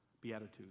Beatitudes